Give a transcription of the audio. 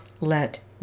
let